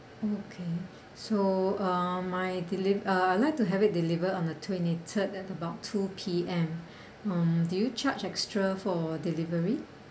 okay so um my deli~ uh I like to have it deliver on the twenty third at about two P_M um do you charge extra for delivery